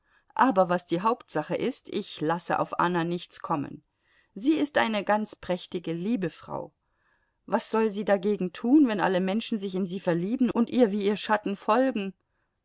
aber was die hauptsache ist ich lasse auf anna nichts kommen sie ist eine ganz prächtige liebe frau was soll sie dagegen tun wenn alle menschen sich in sie verlieben und ihr wie ihr schatten folgen